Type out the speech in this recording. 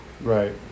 Right